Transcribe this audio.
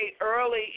early